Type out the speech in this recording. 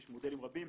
יש מודלים רבים,